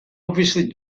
obviously